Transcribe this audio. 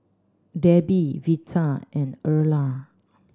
Debbie Veta and Erla